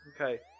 Okay